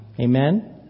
Amen